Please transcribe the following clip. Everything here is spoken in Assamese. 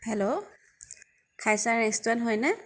হেল্ল' খাইছা ৰেষ্টুৰেণ্ট হয়নে